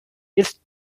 it’s